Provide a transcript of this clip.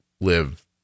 live